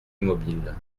immobile